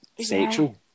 sexual